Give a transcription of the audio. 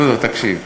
דודו, תקשיב.